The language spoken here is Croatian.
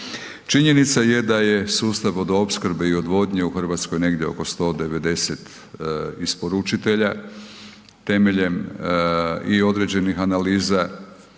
Činjenica je da je sustav vodoopskrbe i odvodnje u Hrvatskoj negdje oko 190 isporučitelja temeljem i određenih analiza